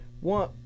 One